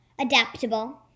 adaptable